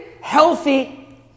healthy